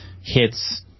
hits